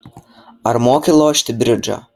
ar moki lošti bridžą